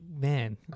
Man